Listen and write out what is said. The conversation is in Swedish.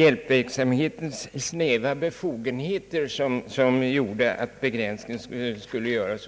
hjälpverksamhetens snäva befogenheter som ledde till att begränsningen skulle göras.